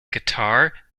guitar